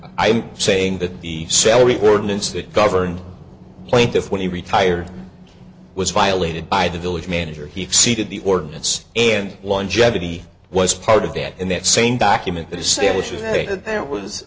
i'm saying that the salary ordinance that govern plaintiff when he retired was violated by the village manager he exceeded the ordinance and longevity was part of that in that same document that establishes that there was